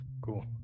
Cool